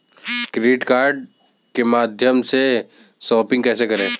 Credit card के माध्यम से शॉपिंग कैसे करें?